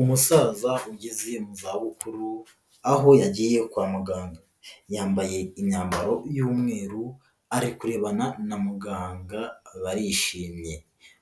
Umusaza ugeze mu zabukuru aho yagiye kwa muganga, yambaye imyambaro y'umweru ari kurebana na muganga barishimye,